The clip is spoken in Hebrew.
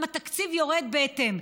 גם התקציב יורד בהתאם.